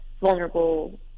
vulnerable